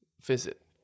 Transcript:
visit